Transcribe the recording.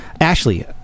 Ashley